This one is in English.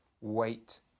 wait